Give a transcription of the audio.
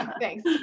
Thanks